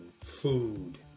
food